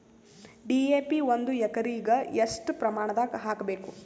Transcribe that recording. DAP ಒಂದು ಎಕರಿಗ ಎಷ್ಟ ಪ್ರಮಾಣದಾಗ ಹಾಕಬೇಕು?